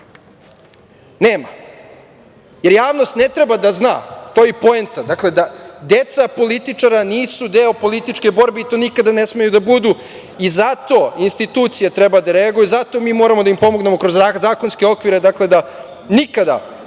nema. Jer, javnost ne treba da zna, to je i poenta, deca političara nisu deo političke borbe i to nikada ne smeju da budu i zato institucije treba da reaguju, zato mi moramo da im pomognemo kroz zakonske okvire, dakle, da nikada